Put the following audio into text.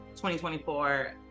2024